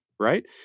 Right